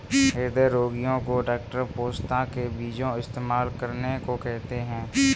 हृदय रोगीयो को डॉक्टर पोस्ता के बीजो इस्तेमाल करने को कहते है